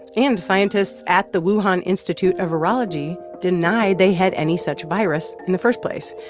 and scientists at the wuhan institute of virology deny they had any such virus in the first place.